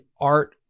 art